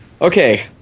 Okay